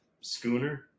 schooner